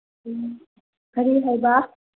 ꯎꯝ ꯀꯔꯤ ꯍꯥꯏꯕ